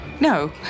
No